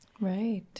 Right